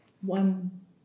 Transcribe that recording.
one